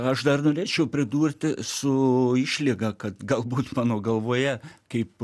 aš dar norėčiau pridurti su išlyga kad galbūt mano galvoje kaip